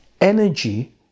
Energy